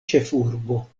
ĉefurbo